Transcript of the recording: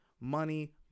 money